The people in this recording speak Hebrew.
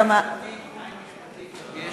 אבל עין משפטית יש